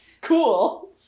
cool